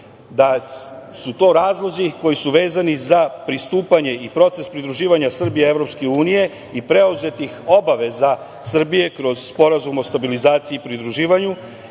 da su to razlozi koji su vezani za pristupanje i proces pridruživanja Srbije i EU i preuzetih obaveza Srbije kroz Sporazum o stabilizaciji i pridruživanju